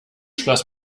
schloss